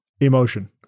emotion